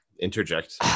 interject